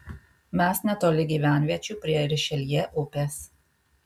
mes netoli gyvenviečių prie rišeljė upės